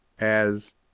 As